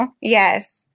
Yes